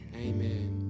Amen